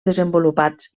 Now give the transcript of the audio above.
desenvolupats